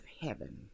heaven